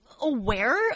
aware